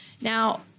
Now